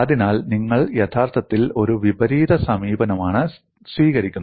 അതിനാൽ നിങ്ങൾ യഥാർത്ഥത്തിൽ ഒരു വിപരീത സമീപനമാണ് സ്വീകരിക്കുന്നത്